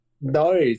No